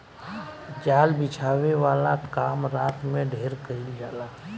जाल बिछावे वाला काम रात में ढेर कईल जाला